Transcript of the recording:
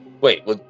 Wait